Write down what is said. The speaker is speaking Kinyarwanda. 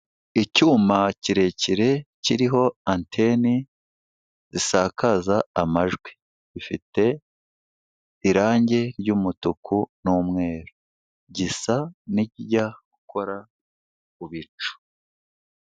Icyuma kirekire kiriho anteni zisakaza amajwi. Gifite irange ry'umutuku n'umweru. Gisa n'ikijya gukora mu bicu.